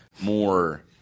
more